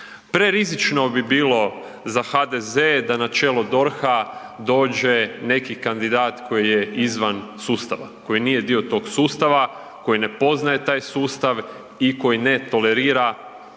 Prerizično bi bilo za HDZ da na čelo DORH-a dođe neki kandidat koji je izvan sustava, koji nije dio tog sustava koji ne poznaje sustav i koji ne tolerira